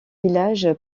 village